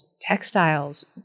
textiles